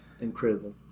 incredible